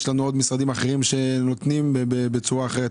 יש עוד משרדים אחרים שנותנים בצורה אחרת,